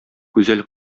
гүзәл